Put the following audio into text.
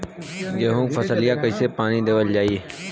गेहूँक फसलिया कईसे पानी देवल जाई?